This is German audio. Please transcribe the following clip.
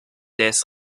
des